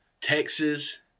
Texas